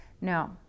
No